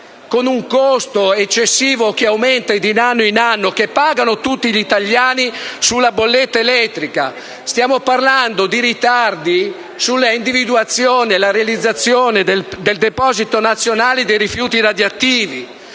con un costo eccessivo che aumenterà di anno in anno e che pagheranno tutti gli italiani sulla bolletta elettrica. Stiamo parlando di ritardi in ordine all'individuazione e alla realizzazione del deposito nazionale dei rifiuti radioattivi